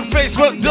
Facebook